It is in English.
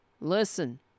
listen